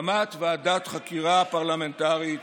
הקמת ועדת חקירה פרלמנטרית